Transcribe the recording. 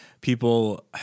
people